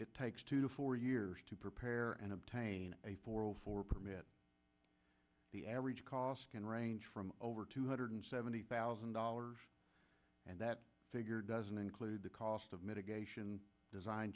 it takes two to four years to prepare and obtain a four hundred four permit the average cost can range from over two hundred seventy thousand dollars and that figure doesn't include the cost of mitigation design